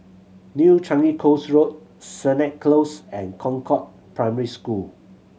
New Changi Coast Road Sennett Close and Concord Primary School